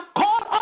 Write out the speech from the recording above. call